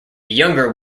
younger